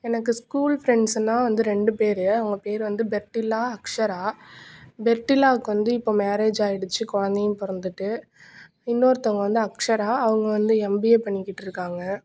எனக்கு ஸ்கூல் ஃப்ரெண்ட்ஸுன்னால் வந்து ரெண்டு பேர் அவங்க பேர் வந்து பெர்டில்லா அக்ஷரா பெர்டிலாவுக்கு வந்து இப்போ மேரேஜ் ஆயிடுச்சு குழந்தையும் பிறந்துட்டு இன்னோருத்தவங்க வந்து அக்ஷரா அவங்க வந்து எம்பிஏ பண்ணிகிட்டிருக்காங்க